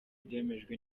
ibyemejwe